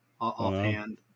offhand